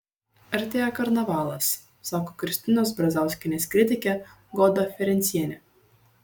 artėja karnavalas sako kristinos brazauskienės kritikė goda ferencienė